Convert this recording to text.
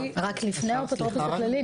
לפני האפוטרופוס הכללי,